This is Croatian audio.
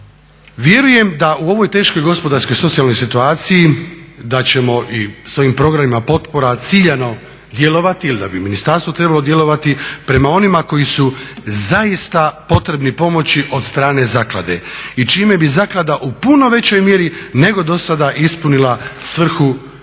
Vjerujem da u ovoj teškoj gospodarskoj, socijalnoj situaciji da ćemo i svojim programima potpora ciljano djelovati ili da bi ministarstvo trebalo djelovati prema onima koji su zaista potrebni pomoći od strane zaklade i čime bi zaklada u puno većoj mjeri nego do sada ispunila svrhu svog